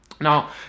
Now